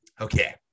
Okay